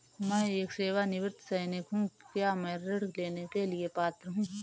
मैं एक सेवानिवृत्त सैनिक हूँ क्या मैं ऋण लेने के लिए पात्र हूँ?